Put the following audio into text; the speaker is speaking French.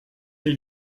des